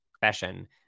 profession